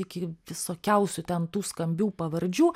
iki visokiausių ten tų skambių pavardžių